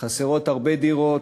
חסרות הרבה דירות,